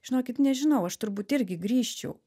žinokit nežinau aš turbūt irgi grįžčiau